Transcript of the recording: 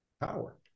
Power